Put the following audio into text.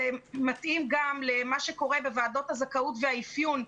זה מתאים גם למה שקורה בוועדות הזכאות והאפיון,